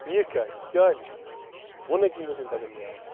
یِکھ کیٛازِ نہٕ کیٛازِ نہٕ وۄنٕے کیٚمۍ ژےٚ تیٚلہِ تَتین نیرُن